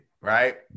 right